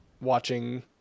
watching